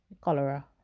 cholera